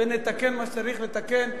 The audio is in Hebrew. ונתקן מה שצריך לתקן.